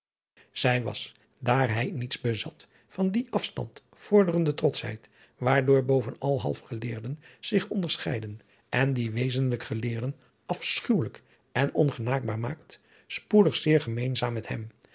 zij was daar hij niets bezat van die afstand vorderende trotschheid waardoor bovenal halfgeleerden zich onderscheiden en die wezenlijke geleerden afschuwelijk en ongenaakbaar maakt spoedig zeer gemeenzaam met hem